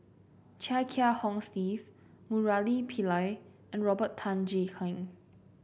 Chia Kiah Hong Steve Murali Pillai and Robert Tan Jee Keng